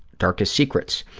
darkest secrets.